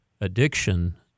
addiction